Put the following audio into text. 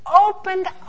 opened